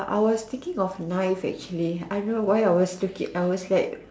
I was thinking of knives actually I don't know why I was I was like